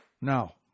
Now